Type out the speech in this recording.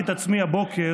נתניהו זה דרייפוס?